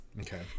Okay